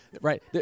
right